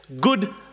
Good